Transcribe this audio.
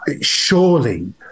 Surely